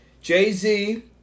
Jay-Z